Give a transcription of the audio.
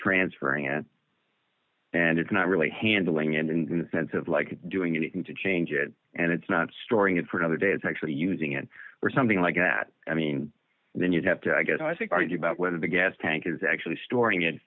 transferring it and it's not really handling and in the sense of like doing anything to change it and it's not storing it for another day it's actually using it or something like that i mean then you have to i guess i think argue about whether the gas tank is actually storing it